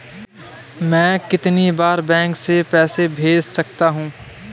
मैं कितनी बार बैंक से पैसे भेज सकता हूँ?